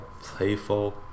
playful